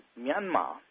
Myanmar